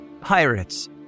Pirates